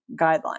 guideline